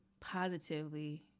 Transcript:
positively